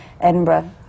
Edinburgh